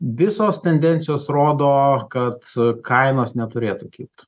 visos tendencijos rodo kad kainos neturėtų kilti